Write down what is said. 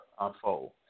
unfold